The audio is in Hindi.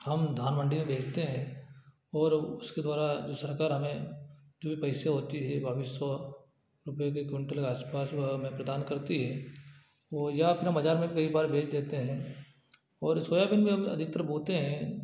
हम धान मंडी में बेचते हैं और उसके द्वारा जो सरकार हमें जो यह पैसे होती है बाईस सौ रूपये के कुंटल आस पास वह हमें प्रदान करती है और या फिर हम बाज़ार में कई बार बेच देते हैं और सोयाबीन में हम अधिकतर बोते हैं